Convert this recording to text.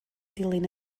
dilyn